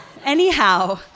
Anyhow